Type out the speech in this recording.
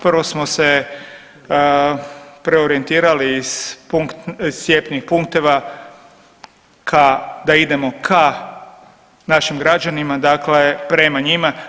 Prvo smo se preorijentirali iz cjepnih punkteva ka, da idemo ka našim građanima, dakle prema njima.